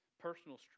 personal